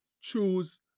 choose